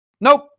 Nope